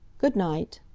good night!